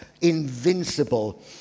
invincible